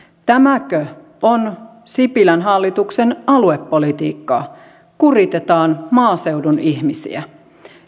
tämäkö on sipilän hallituksen aluepolitiikkaa kuritetaan maaseudun ihmisiä